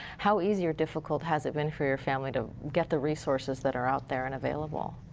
how easy or difficult has it been for your family to get the resources that are out there and available?